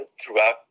throughout